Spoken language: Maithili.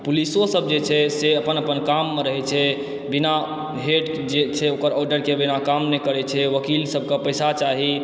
पुलिसो सब जे छै से अपन अपन काममे रहै छै बिना भेट जे छै ओकर आर्डरके बिना काम नहि करै छै वकील सबके पैसा चाही